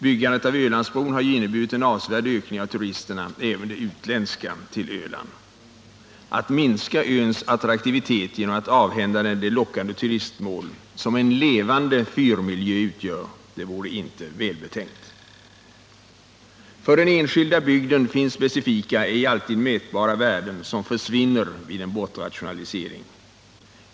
Byggandet av Ölandsbron har ju inneburit en avsevärd ökning av turismen — även den utländska — på Öland. Att minska öns attraktivitet genom att avhända den det lockande turistmål som en levande fyrmiljö utgör vore inte välbetänkt. För en bygd finns specifika, ej alltid mätbara värden, som försvinner vid en bortrationalisering.